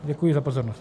Děkuji za pozornost.